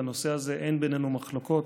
בנושא הזה אין בינינו מחלוקות